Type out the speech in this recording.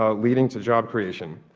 ah leading to job creation.